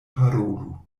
parolu